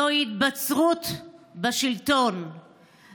זוהי התבצרות בשלטון,